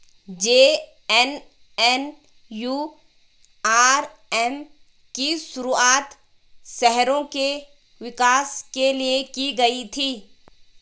JNNURM की शुरुआत शहरों के विकास के लिए की गई थी